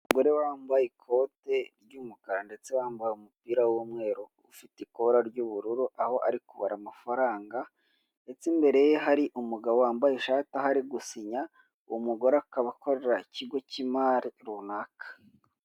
Umugore wambaye ikote ry'umukara ndetse wambaye umupira w'umweru ufite ikora ry'ubururu, aho ari kubara amafaranga, ndetse imbere ye hari umugabo wambaye ishati ari gusinya, umugore akaba akorera ikigo k'imari runaka.